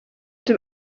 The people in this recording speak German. dem